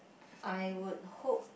I would hope